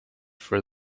for